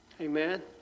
Amen